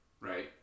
right